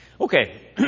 Okay